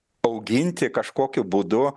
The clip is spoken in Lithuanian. auginti kažkokiu būdu